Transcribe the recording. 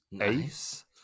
ace